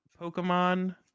Pokemon